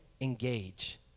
engage